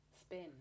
Spin